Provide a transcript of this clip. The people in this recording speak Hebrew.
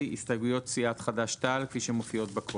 הסתייגויות סיעת חד"ש-תע"ל כפי שמופיעות בקובץ.